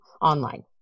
online